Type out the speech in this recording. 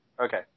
Okay